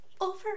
Over